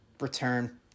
return